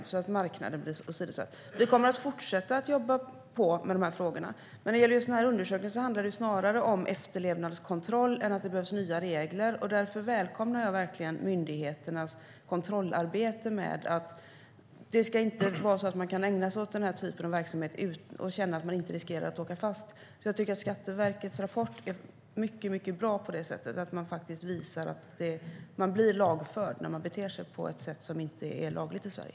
Marknaden blir åsidosatt. Vi kommer att fortsätta att jobba på med frågorna. Men när det gäller just den här undersökningen handlar det snarare om efterlevnadskontroll än om att det behövs nya regler. Därför välkomnar jag verkligen myndigheternas kontrollarbete. Man ska inte kunna ägna sig åt denna typ av verksamhet och känna att man inte riskerar att åka fast. Jag tycker att Skatteverkets rapport är mycket bra på det viset; den visar att man blir lagförd när man beter sig på ett sätt som inte är lagligt i Sverige.